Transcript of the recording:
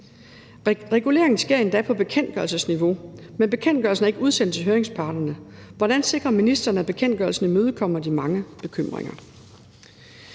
Regulering sker endda på bekendtgørelsesniveau, men bekendtgørelsen er ikke udsendt til høringsparterne. Hvordan sikrer ministeren, at bekendtgørelsen imødekommer de mange bekymringer?